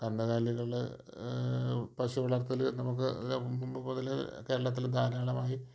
കന്ന്കാലികൾ പശുവളർത്തൽ നമുക്ക് പണ്ടുമുതലേ കേരളത്തിൽ ധാരാളമായി